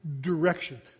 direction